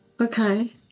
Okay